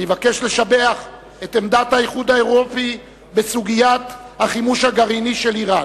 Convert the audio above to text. אני מבקש לשבח את עמדת האיחוד האירופי בסוגיית החימוש הגרעיני של אירן.